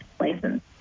license